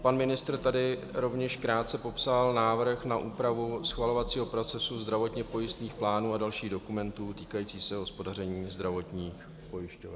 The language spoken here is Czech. Pan ministr tady rovněž krátce popsal návrh na úpravu schvalovacího procesu zdravotně pojistných plánů a dalších dokumentů týkajících se hospodaření zdravotních pojišťoven.